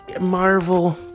Marvel